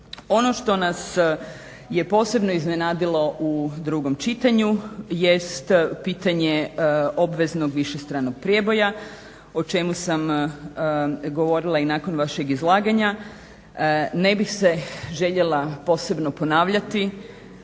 Ono što nas je posebno iznenadilo u drugom čitanju, jest pitanje obveznog višestranog prijeboja o čemu sam govorila i nakon vašeg izlaganja. Ne bih se željela posebno ponavljati,